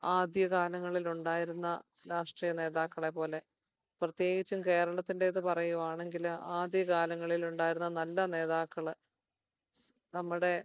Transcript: ആദ്യ കാലങ്ങളിൽ ഉണ്ടായിരുന്ന രാഷ്ട്രീയ നേതാക്കളെ പോലെ പ്രത്യേകിച്ചും കേരളത്തിൻ്റേത് പറയുകയാണെങ്കിൽ ആദ്യ കാലങ്ങളിൽ ഉണ്ടായിരുന്ന നല്ല നേതാക്കൾ നമ്മുടെ